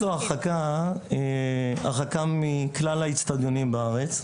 כי את נותנת לו הרחקה מכלל האצטדיונים בארץ,